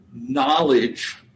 Knowledge